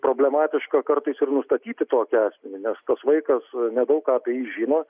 problematiška kartais ir nustatyti tokią nes tas vaikas nedaug ką apie jį žino